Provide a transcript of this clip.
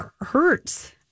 hurts